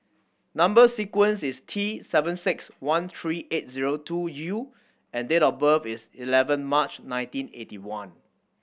number sequence is T seven six one three eight zero two U and date of birth is eleven March nineteen eighty one